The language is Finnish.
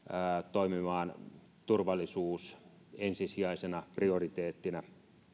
toimimaan turvallisuus ensisijaisena prioriteettina